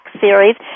series